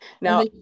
Now